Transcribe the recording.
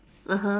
(uh huh)